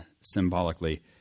symbolically